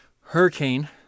hurricane